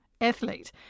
athlete